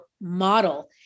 model